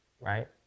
right